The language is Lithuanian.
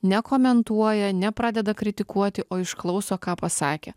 nekomentuoja nepradeda kritikuoti o išklauso ką pasakė